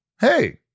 hey